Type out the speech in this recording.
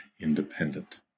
independent